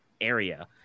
area